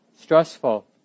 stressful